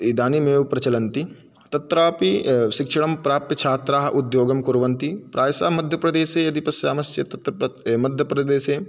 इदानीम् एव प्रचलन्ति तत्रापि शिक्षणं प्राप्य छात्राः उद्योगं कुर्वन्ति प्रायशः मध्यप्रदेशे यदि पश्यामः चेत् तत्र प्र् मध्यप्रदेशे